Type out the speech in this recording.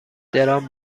درام